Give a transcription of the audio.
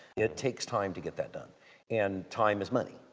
it takes time to get that done and time is money.